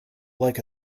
like